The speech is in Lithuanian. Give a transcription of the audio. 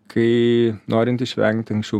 kai norint išvengti anksčiau